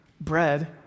bread